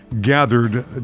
gathered